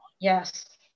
Yes